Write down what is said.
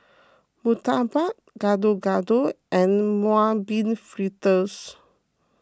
Murtabak Gado Gado and Mung Bean Fritters